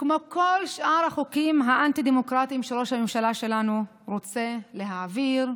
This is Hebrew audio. כמו כל שאר החוקים האנטי-דמוקרטיים שראש הממשלה שלנו רוצה להעביר,